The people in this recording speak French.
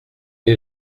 est